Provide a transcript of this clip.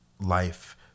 life